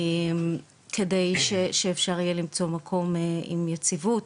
על מנת שאפשר יהיה למצוא מקום עם יציבות,